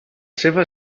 seva